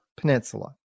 Peninsula